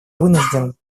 вынужден